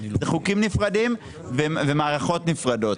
זה חוקים נפרדים ומערכות נפרדות.